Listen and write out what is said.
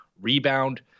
Rebound